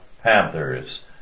Panthers